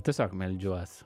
tiesiog meldžiuos